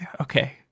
okay